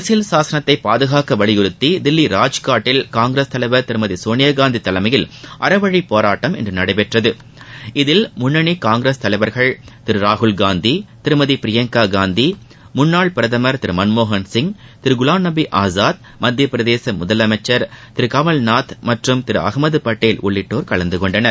அரசியல் சாசனத்தைப் பாதுகாக்க வலியுறுத்தி தில்லி ராஜ்காட்டில் காங்கிரஸ் தலைவர் திருமதி சோனியா காந்தி தலைமயில் அறவழிப் போராட்டம் இன்று நடைபெற்றது இதில் முன்னணி காங்கிரஸ் தலைவர்கள் திரு ராகுல்காந்தி திருமதி பிரியங்கா காந்தி மூன்னாள் பிரதமர் திரு மன்மோகன் சிங் திரு குவாம்நபி ஆசாத் மத்திய பிரதேச முதலமைச்சர் திரு கமல்நாத் மற்றும் திரு அகமது பட்டேல் உள்ளிட்டோர் கலந்துகொண்டனர்